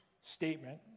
statement